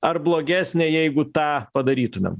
ar blogesnė jeigu tą padarytumėm